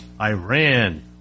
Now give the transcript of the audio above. Iran